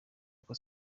uko